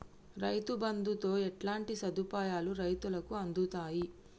రైతు బంధుతో ఎట్లాంటి సదుపాయాలు రైతులకి అందుతయి?